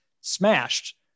smashed